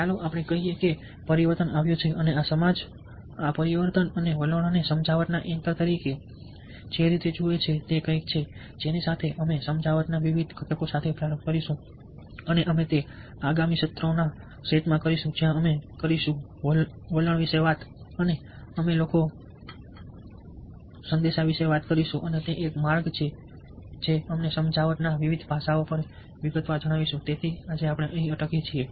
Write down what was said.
ચાલો આપણે કહીએ કે પરિવર્તન આવ્યું છે અને આ સમાજ આ પરિવર્તન અને વલણને સમજાવટ ના એન્કર તરીકે જે રીતે જુએ છે તે કંઈક છે જેની સાથે અમે સમજાવટ ના વિવિધ ઘટકો સાથે પ્રારંભ કરીશું અને અમે તે આગામી સત્રોના સેટમાં કરીશું જ્યાં અમે કરીશું વલણ વિશે વાત કરો અમે લોકો વિશે વાત કરીશું અમે સંદેશ વિશે વાત કરીશું અને તે એક માર્ગ છે કે અમે સમજાવટ ના વિવિધ પાસાઓને વિગતવાર જણાવીશું તેથી આજે આપણે અહીં અટકીએ છીએ